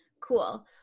Cool